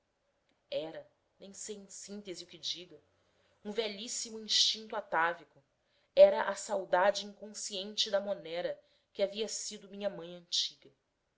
era nem sei em síntese o que diga um velhíssimo instinto atávico era a saudade inconsciente da monera que havia sido minha mãe antiga